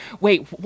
Wait